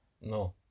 No